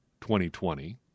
2020